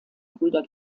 brüder